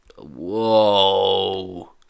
Whoa